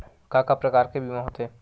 का का प्रकार के बीमा होथे?